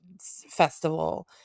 festival